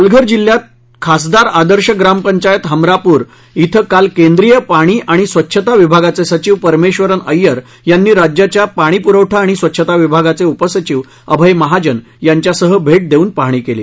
पालघर जिल्ह्यात खासदार आदर्श ग्रामपंचायत हमरापूर ि काल केंद्रीय पाणी आणि स्वच्छता विभागाचे सचिव परमेक्षरन अय्यर यांनी राज्याच्या पाणीपुरवठा आणि स्वच्छता विभागाचे उपसचिव अभय महाजन यांच्यासह भेट देऊन पाहणी केली